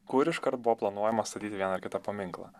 kur iškart buvo planuojama statyti vieną ar kitą paminklą